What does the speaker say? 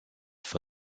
for